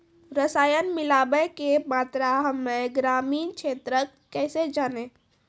रसायन मिलाबै के मात्रा हम्मे ग्रामीण क्षेत्रक कैसे जानै?